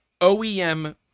OEM